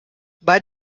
bei